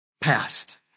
past